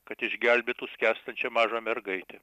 kad išgelbėtų skęstančią mažą mergaitę